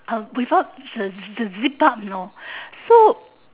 uh without the the zip up you know so